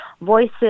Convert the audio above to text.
voices